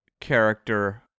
character